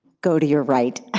go to your right. ah